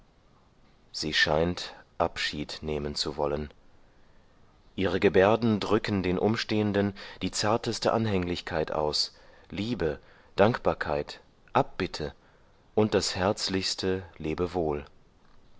sie scheint abschied nehmen zu wollen ihre gebärden drücken den umstehenden die zarteste anhänglichkeit aus liebe dankbarkeit abbitte und das herzlichste